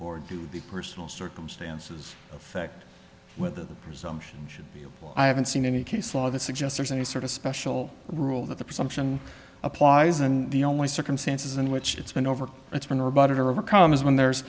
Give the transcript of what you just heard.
or do the personal circumstances affect whether the presumption should be i haven't seen any case law that suggests there's any sort of special rule that the presumption applies and the only circumstances in which it's been over it's been rebutted or overcome is when there's